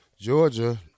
georgia